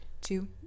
two